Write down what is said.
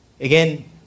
Again